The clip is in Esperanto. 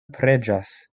preĝas